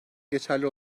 geçerli